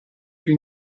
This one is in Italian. più